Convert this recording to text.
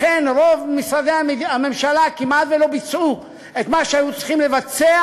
לכן רוב משרדי הממשלה כמעט שלא ביצעו את מה שהיו צריכים לבצע,